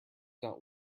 not